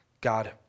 God